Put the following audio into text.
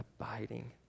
abiding